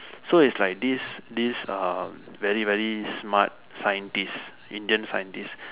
so it's like this this um very very smart scientist Indian scientist